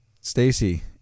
Stacy